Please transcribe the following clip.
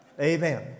Amen